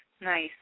nice